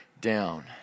down